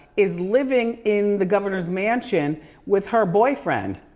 is living in the governor's mansion with her boyfriend.